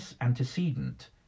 antecedent